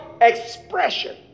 expression